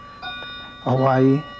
Hawaii